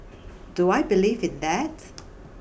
do I believe in that